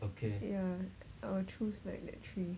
ya I'll choose like that three